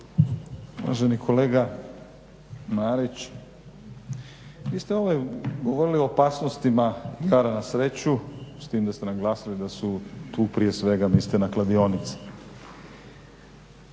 Uvaženi kolega Marić vi ste ovdje govorili o opasnostima igara na sreću, s tim da ste naglasili da su tu prije svega mislite na kladionice.